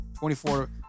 24